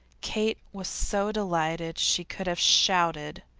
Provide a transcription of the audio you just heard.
kate was so delighted she could have shouted.